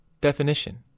Definition